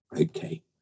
Okay